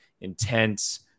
intense